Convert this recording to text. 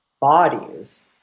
bodies